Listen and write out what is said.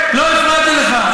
דב, לא הפרעתי לך.